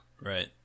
Right